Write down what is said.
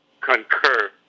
concur